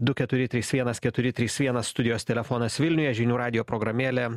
du keturi trys vienas keturi trys vienas studijos telefonas vilniuje žinių radijo programėlė